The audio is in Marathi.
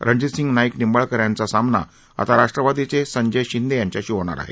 रणजीतसिंह नाईक निंबाळकर यांचा सामना आता राष्ट्रवादीचे संजय शिंदे यांच्याशी होणार आहे